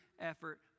effort